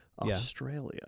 australia